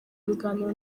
ibiganiro